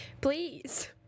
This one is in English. please